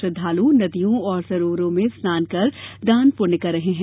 श्रद्धाल् नदियों और सरोवरों में स्नान कर दान पुण्य कर रहे हैं